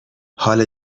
حال